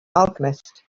alchemist